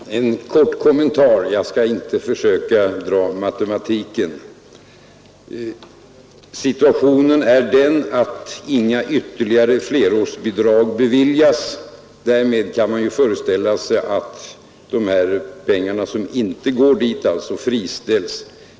Herr talman! Jag vill ge en kort kommentar. Jag skall inte försöka dra igenom matematiken. Situationen är den att inga ytterligare flerårsbidrag beviljas. Därmed kan man föreställa sig att de pengar som inte går dit friställs.